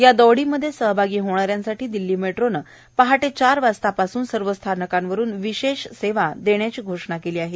या दौडीमध्ये सहभागी होणाऱ्यांसाठी दिल्ली मेट्रोनं पहाटे चार वाजता पासून सर्व स्थानकावरून विशेष सेवा देण्याची घोषणा केली आहे